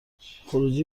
خروجی